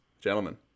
gentlemen